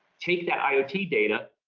take that iot data,